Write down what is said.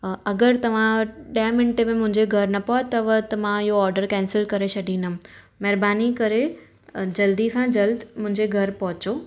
अगरि तव्हां ॾह मिंटे में मुंहिंजे घरु न पहुतव त मां इहो ऑडर कैंसिल करे छॾींदमि महिरबानी करे जल्दी सां जल्द मुंहिंजे घरु पहुचो